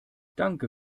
danke